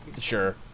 Sure